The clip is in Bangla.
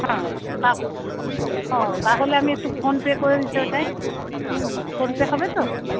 হ্যাঁ ও তাহলে আমি একটু ফোনপে করে দিতে চাই ফোনপে হবে তো